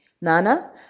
Nana